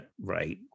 right